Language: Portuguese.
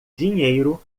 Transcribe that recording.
dinheiro